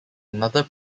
another